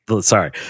Sorry